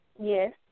Yes